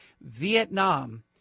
Vietnam